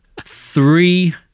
three